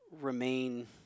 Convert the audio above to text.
remain